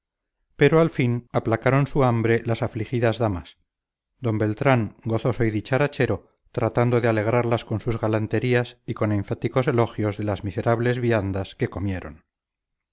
pero al fin aplacaron su hambre las afligidas damas d beltrán gozoso y dicharachero tratando de alegrarlas con sus galanterías y con enfáticos elogios de las miserables viandas que comieron